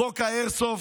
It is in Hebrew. חוק האיירסופט,